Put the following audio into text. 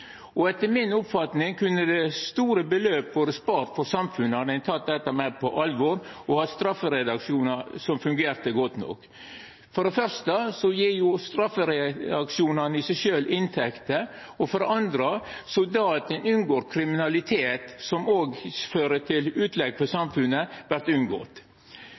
Etter mi oppfatning kunne store summar vore sparte for samfunnet om ein hadde teke dette meir på alvor og hatt straffereaksjonar som fungerte godt nok. For det første gjev straffereaksjonane i seg sjølv inntekter, og for det andre vert det at ein unngår kriminalitet, som også fører til utlegg for samfunnet, unngått.